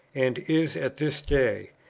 and is at this day,